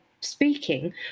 speaking